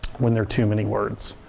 when there are too many words.